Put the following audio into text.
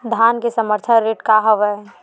धान के समर्थन रेट का हवाय?